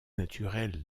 naturel